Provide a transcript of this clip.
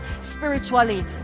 spiritually